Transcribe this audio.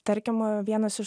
tarkim vienas iš